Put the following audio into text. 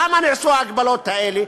למה נעשו ההגבלות האלה?